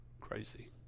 crazy